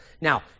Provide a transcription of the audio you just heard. Now